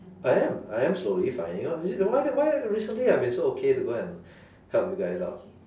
I am I am slowly finding out you see why why recently I've been so okay to go and help you guys out